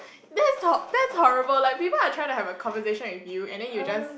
that's horr~ that's horrible like people are trying to have a conversation with you and then you just